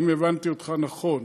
אם הבנתי אותך נכון.